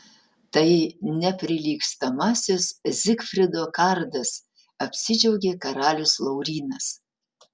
tai neprilygstamasis zigfrido kardas apsidžiaugė karalius laurynas